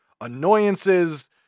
annoyances